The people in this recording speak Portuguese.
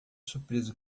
surpreso